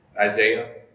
isaiah